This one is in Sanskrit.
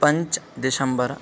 पञ्च् दिसम्बर